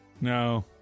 No